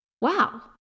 wow